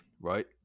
right